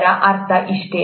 ಅದರ ಅರ್ಥ ಇಷ್ಟೇ